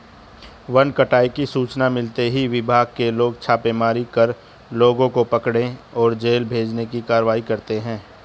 one कटाई की सूचना मिलते ही विभाग के लोग छापेमारी कर लोगों को पकड़े और जेल भेजने की कारवाई करते है